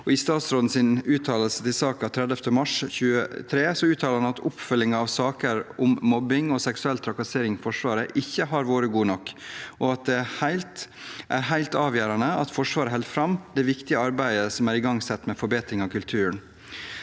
I statsrådens uttalelse i saken 29. mars 2023 sier han at oppfølgingen av saker om mobbing og seksuell trakassering i Forsvaret ikke har vært god nok, og at det er helt avgjørende at Forsvaret fortsetter det viktige arbeidet som er igangsatt med forbedring av kulturen.